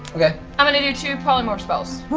yeah i'm going to do two polymorph spells.